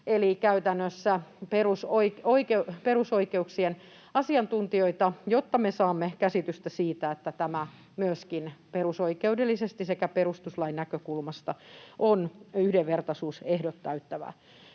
tottuneita perusoikeuksien asiantuntijoita, jotta me saamme käsitystä siitä, että tämä myöskin perusoikeudellisesti sekä perustuslain näkökulmasta on yhdenvertaisuusehdot täyttävää.